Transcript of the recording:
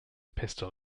pistol